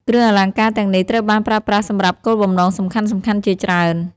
គ្រឿងអលង្ការទាំងនេះត្រូវបានប្រើប្រាស់សម្រាប់គោលបំណងសំខាន់ៗជាច្រើន។